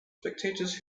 spectators